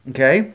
Okay